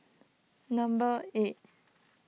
number eight